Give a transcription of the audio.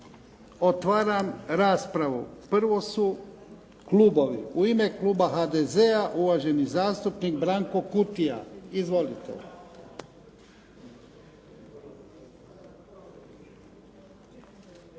Otvaram raspravu. Prvo su klubovi. U ime kluba HDZ-a, uvaženi zastupnik Branko Kutija. Izvolite.